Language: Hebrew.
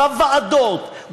בוועדות,